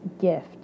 gift